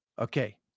Okay